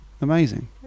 Amazing